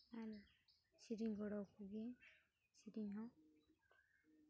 ᱟᱨ ᱥᱮᱨᱮᱧ ᱜᱚᱲᱚ ᱟᱠᱚ ᱜᱤᱭᱟᱹᱧ ᱥᱮᱨᱮᱧ ᱦᱚᱸ